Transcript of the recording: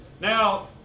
Now